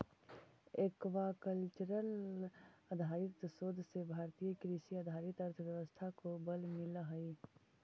aquacultural आधारित शोध से भारतीय कृषि आधारित अर्थव्यवस्था को बल मिलअ हई